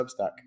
Substack